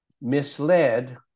misled